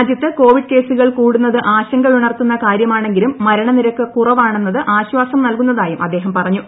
രാജൃത്ത് കോവിഡ് കേസുകൾ കൂടുന്നത് ആശങ്കയുണർത്തുന്ന കാര്യമാണെങ്കിലും മരണനിരക്ക് കുറവാണെന്നത് ആശ്വാസം നൽകുന്നതായും അദ്ദേഹം പറഞ്ഞു